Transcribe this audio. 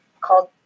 called